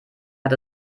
hat